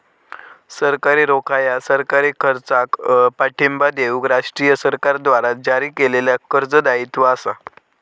सरकारी रोखा ह्या सरकारी खर्चाक पाठिंबा देऊक राष्ट्रीय सरकारद्वारा जारी केलेल्या कर्ज दायित्व असा